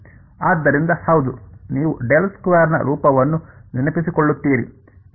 ಆದ್ದರಿಂದ ಹೌದು ನೀವು ನ ರೂಪವನ್ನು ನೆನಪಿಸಿಕೊಳ್ಳುತ್ತೀರಿ ಎಂದು ನಾನು ನಿರೀಕ್ಷಿಸುವುದಿಲ್ಲ